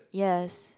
yes